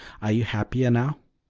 are you happier now?